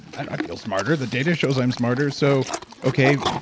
i feel smarter. the data shows i'm smarter, so okay,